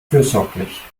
fürsorglich